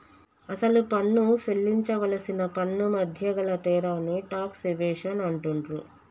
అసలు పన్ను సేల్లించవలసిన పన్నుమధ్య గల తేడాని టాక్స్ ఎవేషన్ అంటుండ్రు